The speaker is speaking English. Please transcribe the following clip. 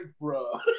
bro